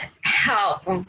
help